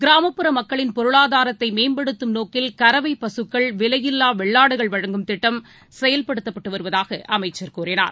கிராமப்புற மக்களின் பொருளாதாரத்தைமேம்படுத்தும் நோக்கில் கறவைபசுக்கள் விலையில்வாவெள்ளாடுகள் வழங்கும் திட்டம் செயல்படுத்தப்பட்டுவருவதாகஅமைச்சர் கூறினார்